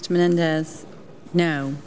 which man now